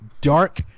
dark